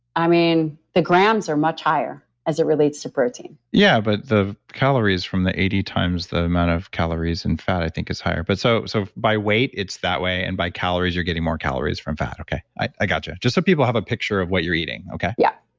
i mean, the grams are much higher as it relates to protein yeah, but the calories from the eighty times the amount of calories in fat i think is higher. but so so, by weight, it's that way and by calories, you're getting more calories from fat. i i got you. just so people have a picture of what you're eating yeah.